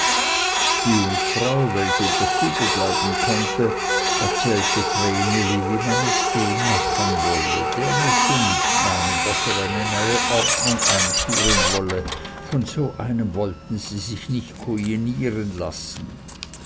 die jungfrau welche in der stube bleiben konnte erzählte vreneli wie man es dem machen wolle der müsse nicht meinen daß er eine neue ordnung einführen wolle von so einem wollten sie sich nicht kujinieren lassen